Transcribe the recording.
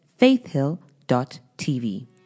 faithhill.tv